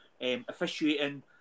officiating